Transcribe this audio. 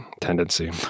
tendency